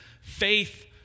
faith